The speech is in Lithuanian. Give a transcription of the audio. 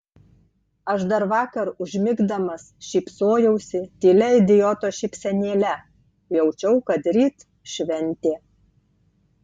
aš dar vakar užmigdamas šypsojausi tylia idioto šypsenėle jaučiau kad ryt šventė